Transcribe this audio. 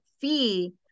fee